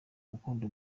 gukunda